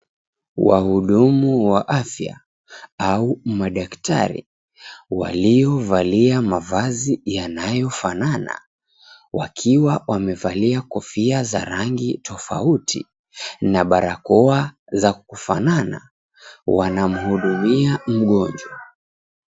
Wahudumu wa afya au madaktari waliovalia mavazi yanayofanana wakiwa wamevalia kofia za rangi tofauti na barakoa za kufanana wanamhudumia mgonjwa.